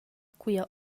quia